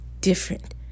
different